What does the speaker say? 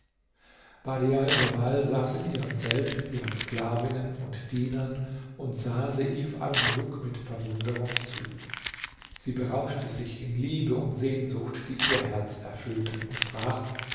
badial djamal saß in ihrem zelt mit ihren sklavinnen und dienern und sah seif almuluk mit verwunderung zu sie berauschte sich in liebe und sehnsucht die ihr herz erfüllten und sprach